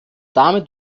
damit